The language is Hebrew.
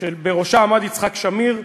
שבראשה עמד יצחק שמיר,